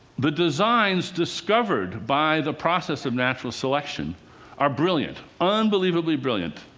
the designs discovered by the process of natural selection are brilliant, unbelievably brilliant.